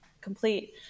complete